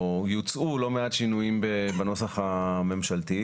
או יוצעו לא מעט שינויים בנוסח הממשלתי.